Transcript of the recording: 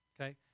okay